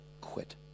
quit